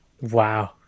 Wow